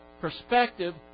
perspective